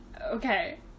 Okay